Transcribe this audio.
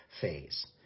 phase